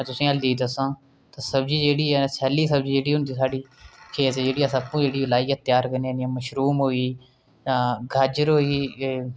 में तुसें गी हैल्दी दस्सां तां सब्जी जेह्ड़ी ऐ सैल्ली सब्जी जेह्ड़ी होंदी साढ़ी कि जेह्ड़ी अस आपूं जेह्ड़ी लाइयै त्यार करने जियां मशरूम होई जां गाजर होई